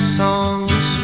songs